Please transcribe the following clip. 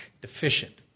deficient